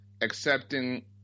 accepting